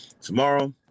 tomorrow